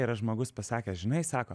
yra žmogus pasakęs žinai sako